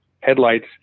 headlights